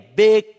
big